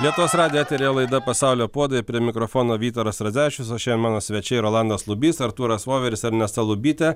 lietuvos radijo eteryje laida pasaulio puodai prie mikrofono vytaras radzevičius o šiandien mano svečiai rolandas lubys artūras voveris ernesta lubytė